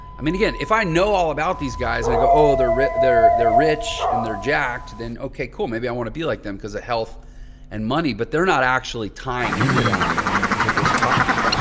i mean again, if i know all about these guys and i go oh, they're rich, they're they're rich and they're jacked, then okay, cool. maybe i want to be like them because of ah health and money. but they're not actually tying into that with this copy.